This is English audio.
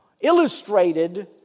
illustrated